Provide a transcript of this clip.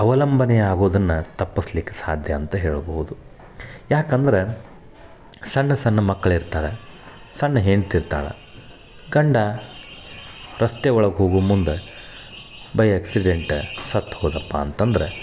ಅವಲಂಬನೆ ಆಗೋದನ್ನು ತಪ್ಪಸ್ಲಿಕ್ಕೆ ಸಾಧ್ಯ ಅಂತ ಹೇಳ್ಬೌದು ಯಾಕಂದ್ರೆ ಸಣ್ಣ ಸಣ್ಣ ಮಕ್ಳು ಇರ್ತಾರೆ ಸಣ್ಣ ಹೆಂಡತಿ ಇರ್ತಾಳೆ ಗಂಡ ರಸ್ತೆ ಒಳಗೆ ಹೋಗೋ ಮುಂದೆ ಬೈ ಆ್ಯಕ್ಸಿಡೆಂಟ್ ಸತ್ತೋದಪ್ಪ ಅಂತಂದ್ರೆ